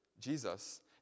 Jesus